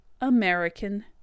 American